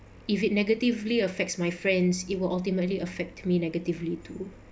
if it negatively affects my friends it will ultimately affect me negatively too